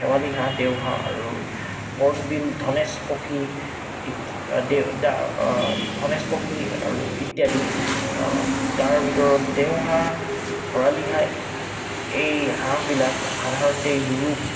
শেৱালী হাঁহ দেওহাঁহ হৰ্ণবিল ধনেশ পক্ষী ধনেশ পক্ষী ধনেশ পক্ষী আৰু ইত্যাদি তাৰ ভিতৰত দেওহাঁহ শৰালী হাঁহ এই হাঁহবিলাক সাধাৰণতে ইউৰোপ